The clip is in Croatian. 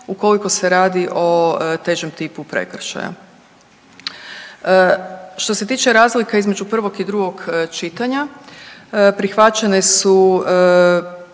ukoliko se radi o težem tipu prekršaja. Što se tiče razlika između prvog i drugog čitanja prihvaćene su